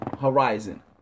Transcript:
horizon